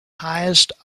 highest